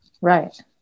right